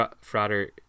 Frater